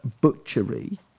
butchery